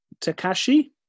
Takashi